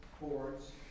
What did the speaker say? boards